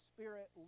Spirit